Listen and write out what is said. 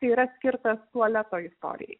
tai yra skirtas tualeto istorijai